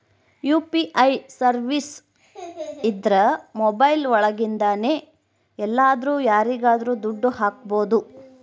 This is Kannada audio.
ಯು.ಪಿ.ಐ ಸರ್ವೀಸಸ್ ಇದ್ರ ಮೊಬೈಲ್ ಒಳಗಿಂದನೆ ಎಲ್ಲಾದ್ರೂ ಯಾರಿಗಾದ್ರೂ ದುಡ್ಡು ಹಕ್ಬೋದು